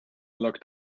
locked